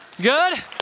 Good